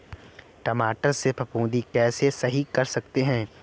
टमाटर से फफूंदी कैसे सही कर सकते हैं?